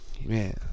man